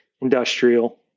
industrial